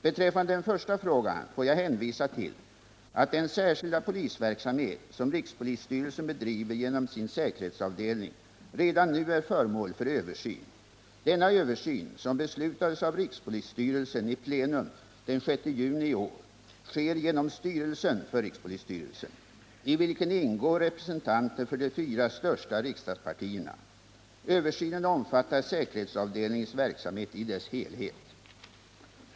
Beträffande den första frågan får jag hänvisa till att den särskilda polisverksamhet som rikspolisstyrelsen bedriver genom sin säkerhetsavdel ning redan nu är föremål för översyn. Denna översyn, som beslutades av rikspolisstyrelsen i plenum den 6 juni i år, sker genom styrelsen för rikspolisstyrelsen, i vilken ingår representanter för de fyra största riksdagspartierna. Översynen omfattar säkerhetsavdelningens verksamhet i dess helhet.